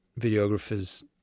videographers